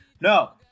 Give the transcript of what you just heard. No